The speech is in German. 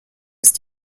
ist